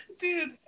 dude